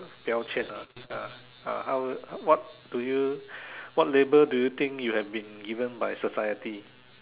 tiao Jian ah uh uh how what do you what label do you think you have been given by society